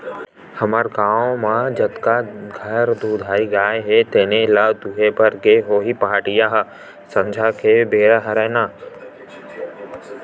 हमर गाँव म जतका घर दुधारू गाय हे तेने ल दुहे बर गे होही पहाटिया ह संझा के बेरा हरय ना